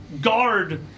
guard